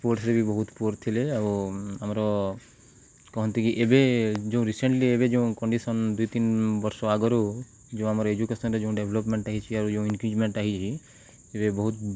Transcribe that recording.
ସ୍ପୋର୍ଟସ୍ରେ ବି ବହୁତ ପୁଅର୍ ଥିଲେ ଆଉ ଆମର କହନ୍ତି କିି ଏବେ ଯେଉଁ ରିସେଣ୍ଟଲି ଏବେ ଯେଉଁ କଣ୍ଡିସନ୍ ଦୁଇ ତିନି ବର୍ଷ ଆଗରୁ ଯେଉଁ ଆମର ଏଜୁକେସନ୍ରେ ଯେଉଁ ଡେଭଲପମେଣ୍ଟ ହେଇଛି ଆରୁ ଯେଉଁ ଇନକ୍ରିଜମେଣ୍ଟଟା ହେଇଛି ଏବେ ବହୁତ